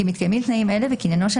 כי מתקיימים תנאים אלה וכי עניינו של